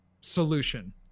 solution